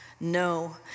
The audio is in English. no